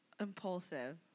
Impulsive